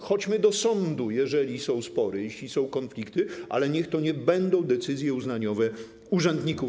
Chodźmy do sądu, jeżeli są spory, jeśli są konflikty, ale niech to nie będą decyzje uznaniowe urzędników.